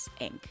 Inc